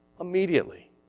immediately